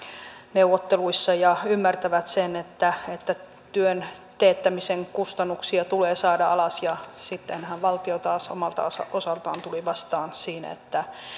neuvotteluissa ja ymmärtävät sen että että työn teettämisen kustannuksia tulee saada alas ja sittenhän valtio taas omalta osaltaan tuli vastaan siinä että